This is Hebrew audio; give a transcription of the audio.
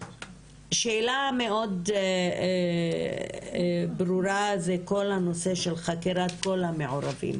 שאלה מאוד ברורה זה כל הנושא של חקירת כל המעורבים